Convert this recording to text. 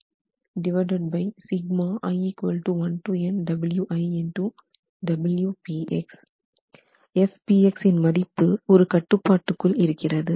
Fpx இன் மதிப்பு ஒரு கட்டுப்பாட்டுக்குள் இருக்கிறது